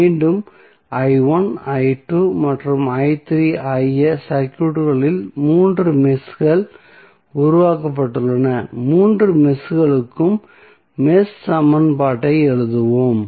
மீண்டும் மற்றும் ஆகிய சர்க்யூட்களில் மூன்று மெஷ்கள் உருவாக்கப்பட்டுள்ளன மூன்று மெஷ்களுக்கும் மெஷ் சமன்பாட்டை எழுதுவோம்